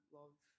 love